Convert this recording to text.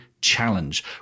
challenge